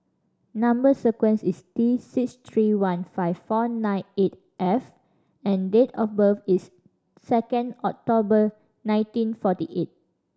number sequence is T six three one five four nine eight F and date of birth is second October nineteen forty eight